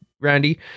Randy